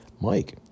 Mike